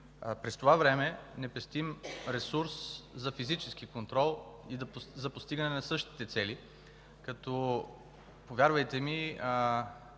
През това време не пестим ресурс за физически контрол за постигане на същите цели. Повярвайте ми,